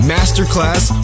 Masterclass